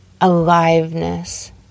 aliveness